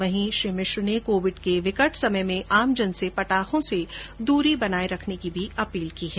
वहीं श्री मिश्र ने कोविड के विकट समय में आमजन से पटाखों से दूरी बनाए रखने की भी अपील की है